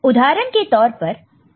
उदाहरण के तौर पर 2421 कोड है